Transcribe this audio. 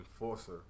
enforcer